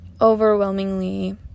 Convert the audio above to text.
overwhelmingly